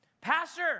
Pastor